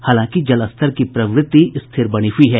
हालांकि जलस्तर की प्रवृत्ति स्थिर बनी हुई है